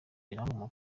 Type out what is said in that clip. biranga